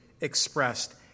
expressed